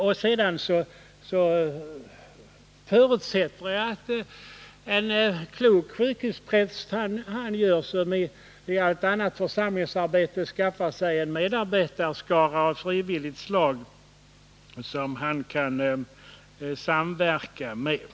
Jag förutsätter att en klok sjukhuspräst 21 maj 1980 gör som i allt annat församlingsarbete, skaffar sig en medarbetarskara av frivilligt slag som han kan samverka med.